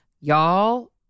Y'all